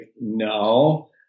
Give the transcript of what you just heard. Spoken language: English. no